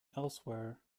elsewhere